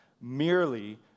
merely